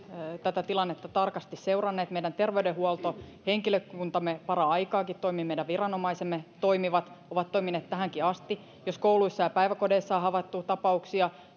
tätä tilannetta tarkasti seuranneet meidän terveydenhuoltohenkilökuntamme paraikaakin toimii meidän viranomaisemme toimivat ovat toimineet tähänkin asti jos kouluissa ja päiväkodeissa on havaittu tapauksia